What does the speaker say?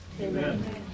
Amen